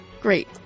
Great